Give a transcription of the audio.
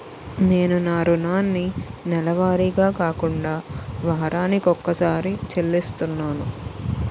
నేను నా రుణాన్ని నెలవారీగా కాకుండా వారాని కొక్కసారి చెల్లిస్తున్నాను